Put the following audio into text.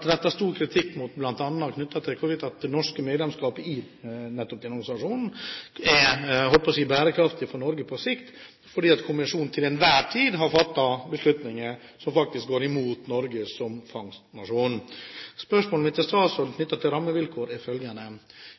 kritikk bl.a. knyttet til hvorvidt norsk medlemskap i nettopp denne kommisjonen er bærekraftig – holdt jeg på å si – for Norge på sikt, fordi kommisjonen til enhver tid har fattet beslutninger som faktisk går imot Norge som fangstnasjon. Spørsmålet mitt til statsråden knyttet til rammevilkår er følgende: